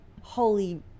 holy